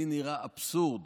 לי נראה אבסורד